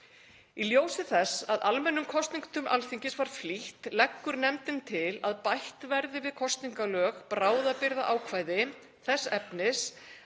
Í ljósi þess að almennum kosningum til Alþingis var flýtt leggur nefndin til að bætt verði við kosningalög bráðabirgðaákvæði þess efnis